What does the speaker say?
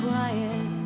quiet